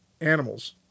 animals